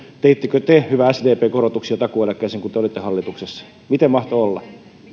te hyvä sdp korotuksia takuueläkkeisiin kun te olitte hallituksessa miten mahtoi olla